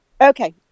Okay